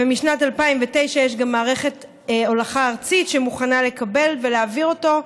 ומשנת 2009 יש גם מערכת הולכה ארצית שמוכנה לקבל ולהעביר אותו,